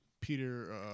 Peter